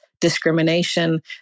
discrimination